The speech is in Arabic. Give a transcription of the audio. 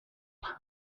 الحل